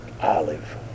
Olive